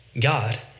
God